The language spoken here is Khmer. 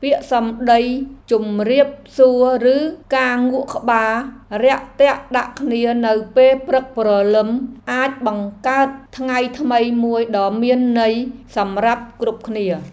ពាក្យសម្តីជម្រាបសួរឬការងក់ក្បាលរាក់ទាក់ដាក់គ្នានៅពេលព្រឹកព្រលឹមអាចបង្កើតថ្ងៃថ្មីមួយដ៏មានន័យសម្រាប់គ្រប់គ្នា។